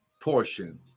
portion